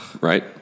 right